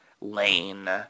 lane